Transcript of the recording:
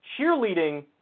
Cheerleading